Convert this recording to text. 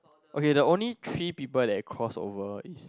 okay the only three people that cross over is